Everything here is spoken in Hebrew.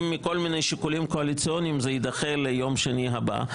אם מכל מיני שיקולים קואליציוניים זה ידחה ליום שני הבא,